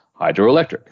hydroelectric